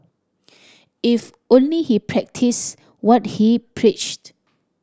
if only he practised what he preached